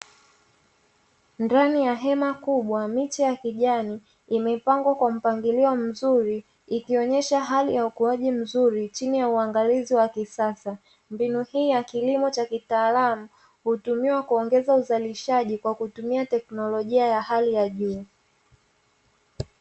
Ndani ya hema kubwa miche ya kijani imepangwa kwa mpangilio mzuri, ikionyesha hali ya ukuaji mzuri chini ya uangalizi wa kisasa mbinu hii ya kilimo cha kitaalamu hutumiwa kuongeza uzalishaji kwa kutumia teknolojia ya hali ya juu.